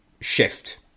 shift